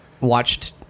watched